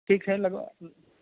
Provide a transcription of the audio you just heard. ठीक है लगवा